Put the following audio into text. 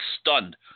stunned